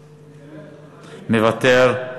מוותר.